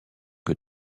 que